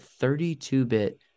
32-bit